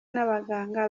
n’abaganga